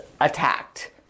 attacked